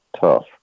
tough